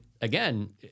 again